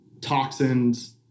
toxins